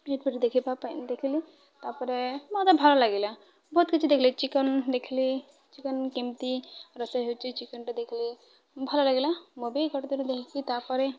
ୟୁଟୁବ୍ରେ ଦେଖିବା ଦେଖିଲି ତାପରେ ମୋତେ ଭଲ ଲାଗିଲା ବହୁତ କିଛି ଦେଖିଲି ଚିକେନ୍ ଦେଖିଲି ଚିକେନ୍ କେମିତି ରୋଷେଇ ହେଉଛି ଚିକେନ୍ଟା ଦେଖିଲି ଭଲ ଲାଗିଲା ମୁଁ ବି ଗୋଟେଥର ଦେଖିକି ତାପରେ